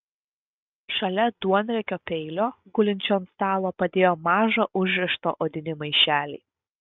šalia duonriekio peilio gulinčio ant stalo padėjo mažą užrištą odinį maišelį